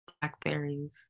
blackberries